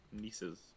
nieces